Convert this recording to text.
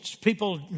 people